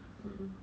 mmhmm